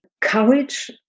courage